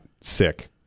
sick